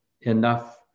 enough